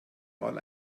mal